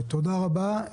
תודה רבה.